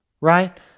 right